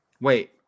Wait